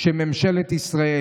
של ממשלת ישראל,